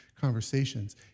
conversations